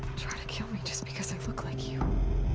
try to kill me just because i look like you?